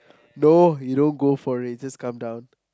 no you don't go for it just come down